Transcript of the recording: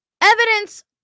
Evidence